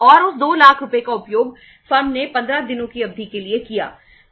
और उस 2 लाख रुपये का उपयोग फर्म ने 15 दिनों की अवधि के लिए किया है